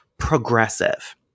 progressive